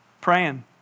praying